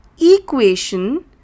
Equation